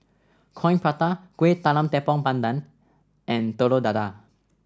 Coin Prata Kueh Talam Tepong Pandan and Telur Dadah